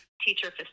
teacher